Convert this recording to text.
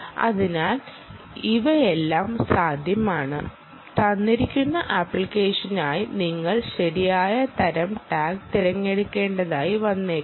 അതിനാൽ ഇവയെല്ലാം സാധ്യമാണ് തന്നിരിക്കുന്ന അപ്ലിക്കേഷനായി നിങ്ങൾ ശരിയായ തരം ടാഗ് തിരഞ്ഞെടുക്കേണ്ടതായി വന്നേക്കാം